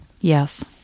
Yes